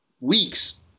weeks